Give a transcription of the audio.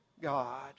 God